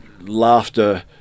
Laughter